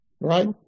right